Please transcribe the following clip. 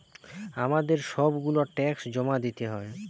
আমাদের সব গুলা ট্যাক্স জমা দিতে হয়